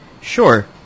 Sure